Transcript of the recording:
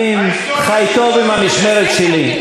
אני חי טוב עם המשמרת שלי.